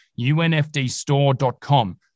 unfdstore.com